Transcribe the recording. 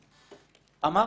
אמרנו,